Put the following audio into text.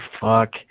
fuck